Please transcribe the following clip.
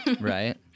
Right